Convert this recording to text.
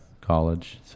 college